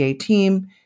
team